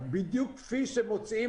אתמול,